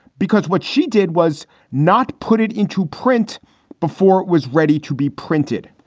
because what she did was not put it into print before it was ready to be printed